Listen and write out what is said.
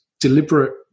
deliberate